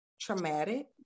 traumatic